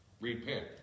Repent